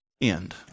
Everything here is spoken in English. end